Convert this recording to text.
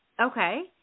Okay